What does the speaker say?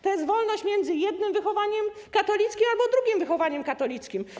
To jest wolność między jednym wychowaniem katolickim albo drugim wychowaniem katolickim.